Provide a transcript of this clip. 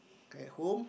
at home